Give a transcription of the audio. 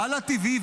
הלא TV,